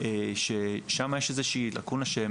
נמסר לנו שיש שם איזושהי לקונה שהם